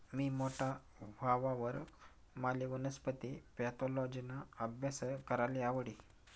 मी मोठा व्हवावर माले वनस्पती पॅथॉलॉजिना आभ्यास कराले आवडी